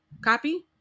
Copy